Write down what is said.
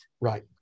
Right